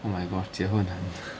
oh my gosh 结婚很